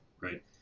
right